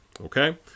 Okay